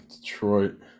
Detroit